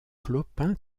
clopin